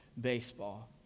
baseball